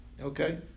okay